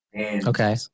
Okay